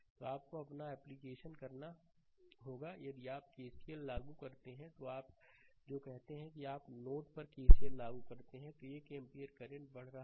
तो आपको अपना एप्लीकेशन करना होगा यदि आप केसीएल लागू करते हैं तो आप जो कहते हैं कि आप नोड 1 पर केसीएल लागू करते हैं 1 एम्पीयर करंट बढ़ रहा है